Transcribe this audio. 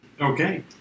Okay